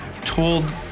told